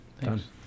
Thanks